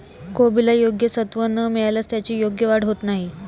कोबीला योग्य सत्व न मिळाल्यास त्याची योग्य वाढ होत नाही